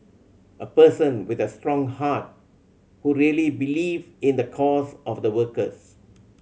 a person with a strong heart who really believe in the cause of the workers